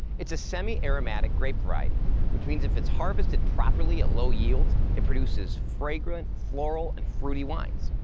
it's a semi-aromatic grape variety which means if it's harvested properly at low yields it produces fragrant, floral and fruity wines.